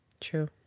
true